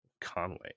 Conway